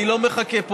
אני לא מחכה פה,